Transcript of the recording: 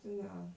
two ah